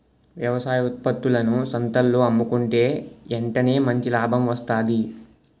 వ్యవసాయ ఉత్త్పత్తులను సంతల్లో అమ్ముకుంటే ఎంటనే మంచి లాభం వస్తాది